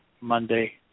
Monday